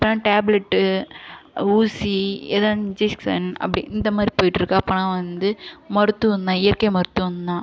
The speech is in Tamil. இப்போல்லாம் டேப்லெட் ஊசி இல்லை இன்ஜெக்ஷன் அப்படி இந்த மாதிரி போயிட்டு இருக்குது அப்போன்னா வந்து மருத்துவம் தான் இயற்கை மருத்துவம் தான்